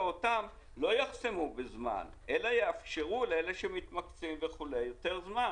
אותם בזמן אלא יאפשרו לאלה שמתמקצעים יותר זמן.